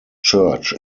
church